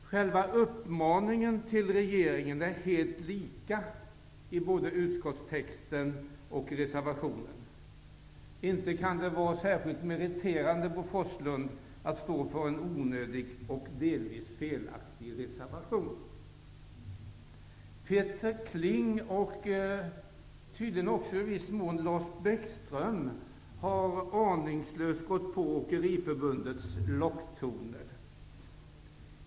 Själva uppmaningen till regeringen är helt lika i utskottstexten och i reservationen. Inte kan det vara särskilt meriterande, Bo Forslund, att stå för en onödig och delvis felaktig reservation. Peter Kling och tydligen också i viss mån Lars Bäckström har aningslöst anammat Åkeriförbundets locktoner.